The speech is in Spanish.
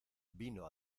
vino